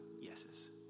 yeses